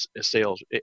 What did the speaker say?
sales